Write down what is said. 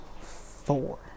four